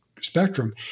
spectrum